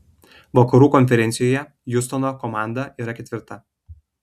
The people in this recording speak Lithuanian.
vakarų konferencijoje hjustono komanda yra ketvirta